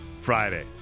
Friday